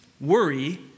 worry